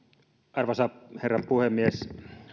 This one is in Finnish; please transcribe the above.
arvoisa herra puhemies